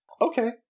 Okay